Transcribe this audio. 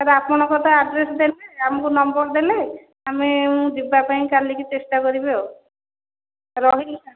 sir ଆପଣଙ୍କର ତ address ଦେଲେ ଆମକୁ ନମ୍ବର ଦେଲେ ଆମେ ଯିବାପାଇଁ କାଲିକି ଚେଷ୍ଟା କରିବୁ ଆଉ ରହିଲି ସାର୍